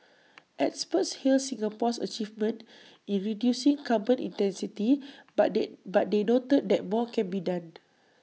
experts hailed Singapore's achievement in reducing carbon intensity but they but they noted that more can be done